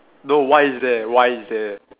no why is there why is there